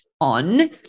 on